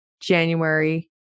January